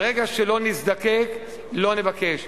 ברגע שלא נזדקק, לא נבקש.